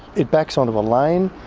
it backs onto a lane,